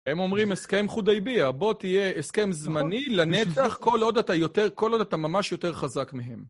הם אומרים הסכם חודיביה, בוא תהיה הסכם זמני לנצח כל עוד אתה ממש יותר חזק מהם.